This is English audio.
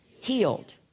healed